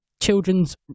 children's